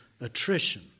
attrition